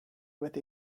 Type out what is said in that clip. with